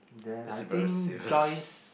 then I think Joyce